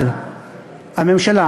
אבל הממשלה,